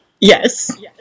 Yes